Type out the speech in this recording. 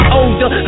older